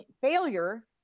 failure